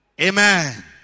Amen